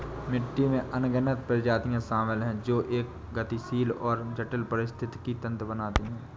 मिट्टी में अनगिनत प्रजातियां शामिल हैं जो एक गतिशील और जटिल पारिस्थितिकी तंत्र बनाती हैं